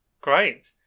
Great